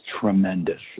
tremendous